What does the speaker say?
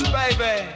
baby